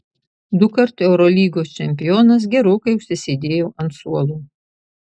dukart eurolygos čempionas gerokai užsisėdėjo ant suolo